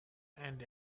and